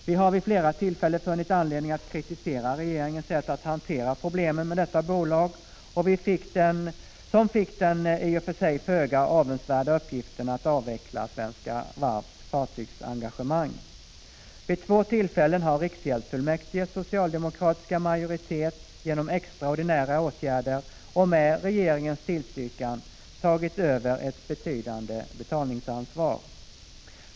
Vi har vid flera tillfällen funnit anledning att kritisera regeringens sätt att hantera problemen med detta bolag, som fick den i och för sig föga avundsvärda uppgiften att avveckla Svenska Varvs fartygsengagemang. Vid två tillfällen har riksgäldsfullmäktiges socialdemokratiska majoritet genom extraordinära åtgärder och med regeringens tillstyrkan tagit över ett betydande betalningsansvar.